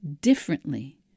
differently